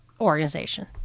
organization